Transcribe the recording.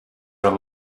are